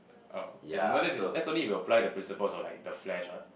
oh as you know this that's only if you apply the principles of like the flash what